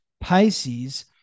Pisces